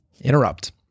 interrupt